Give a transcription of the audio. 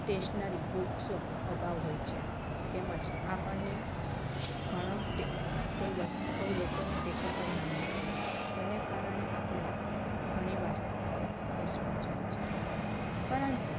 stationary બુકસો અભાવ હોય છે તેમજ આપણને ઘણો કોઈ વાર કોઈ લોકોનો ટેકો પણ ના મળતો હોય તેને કારણે આપણે ઘણીવાર નિષ્ફળ જાય છે પરંતુ